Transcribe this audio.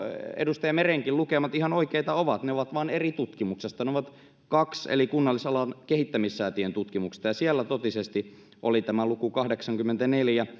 edustaja merenkin lukemat ihan oikeita ovat ne ovat vain eri tutkimuksesta ne ovat kaksin eli kunnallisalan kehittämissäätiön tutkimuksista ja siellä totisesti oli tämä luku kahdeksankymmentäneljä